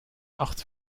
acht